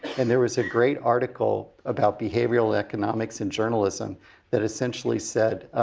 and there was a great article about behavioral economics in journalism that, essentially said,